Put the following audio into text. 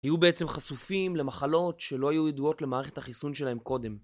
היו בעצם חשופים למחלות שלא היו ידועות למערכת החיסון שלהם קודם.